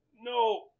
No